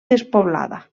despoblada